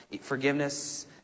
forgiveness